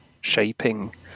shaping